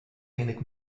wenig